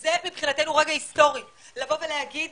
זה מבחינתנו רגע היסטורי, לבוא ולהגיד